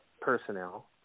personnel